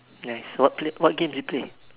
nice what play what games do you play